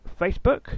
Facebook